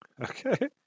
Okay